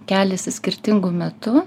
keliasi skirtingu metu